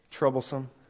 troublesome